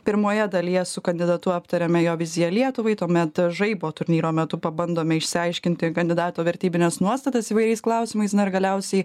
pirmoje dalyje su kandidatu aptarėme jo viziją lietuvai tuomet žaibo turnyro metu pabandome išsiaiškinti kandidato vertybines nuostatas įvairiais klausimais dar galiausiai